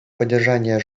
поддержания